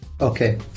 Okay